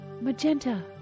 magenta